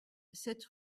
sept